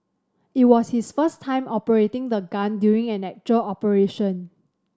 it was his first time operating the gun during an actual operation